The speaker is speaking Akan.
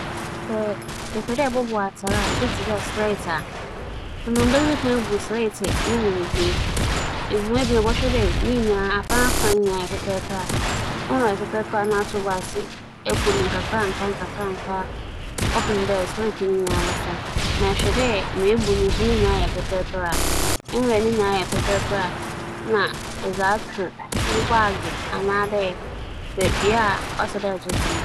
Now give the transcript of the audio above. Sɛ epɛ dɛ ebobͻw atar a, ͻwͻ dɛ idzi kan etow do. Etow do wie a, iboso atar no n'asen na aka ato do, na sɛ eka to do wie a, iboso ne nsa ebien a aka no na edze atoto atar no do ewia nna asan ebu mu ebien. Sɛ ͻyɛ sor atar a nna ewie mbom sɛ atar no so a, ma ohia ara nye dɛ ibobubu mu ara kɛpem ber a ebenya mbrɛ edze to wo "bag" mu a ͻbɛyɛ yie na ͻnnkɛgye pii ͻnoara nye no.